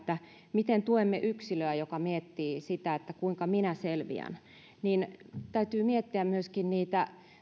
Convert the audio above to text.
miten tuemme yksilöä joka miettii kuinka minä selviän niin täytyy miettiä myöskin niitä